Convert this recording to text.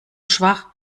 schwach